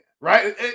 Right